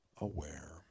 aware